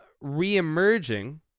re-emerging